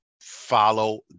follow